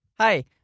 Hi